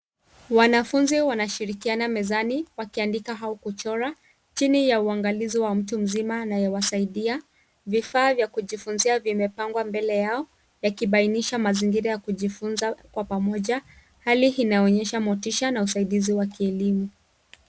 Wanafunzi wakishirikiana mezani wakiandika au kuchora chini ya uangalizi wa mtu mzima anayewasaidia. Vifaa vya kujifunzia vimepangwa mbele yao ikibainisha mazingira ya kujifunza pamoja. Hali hii inaonyesha motisha na usaidizi wa kielimu.